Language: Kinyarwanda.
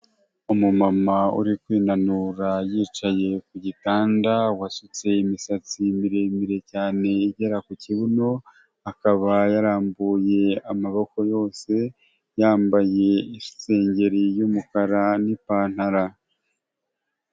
Umumama uri kwinanura yicaye ku gitanda wasutse imisatsi miremire cyane igera ku kibuno akaba yarambuye amaboko yose yambaye isengeri y'umukara n'ipantaro.